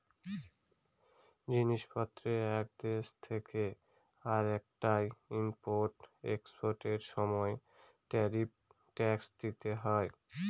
জিনিস পত্রের এক দেশ থেকে আরেকটায় ইম্পোর্ট এক্সপোর্টার সময় ট্যারিফ ট্যাক্স দিতে হয়